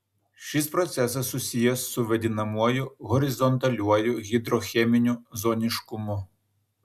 šis procesas susijęs su vadinamuoju horizontaliuoju hidrocheminiu zoniškumu